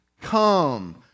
come